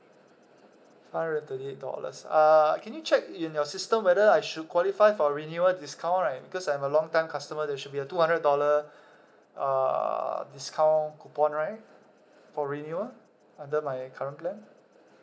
five hundred thirty eight dollars uh can you check in your system whether I should qualify for renewal discount right because I'm a long time customer there should be a two hundred dollar uh discount coupon right for renewal under my current plan